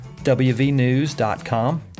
WVNews.com